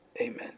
Amen